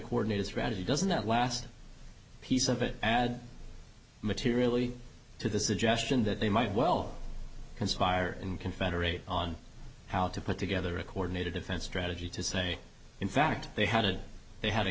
coordinated strategy doesn't that last piece of it add materially to the suggestion that they might well conspire in confederate on how to put together a coordinated defense strategy to say in fact they had a they had a